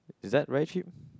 is that very cheap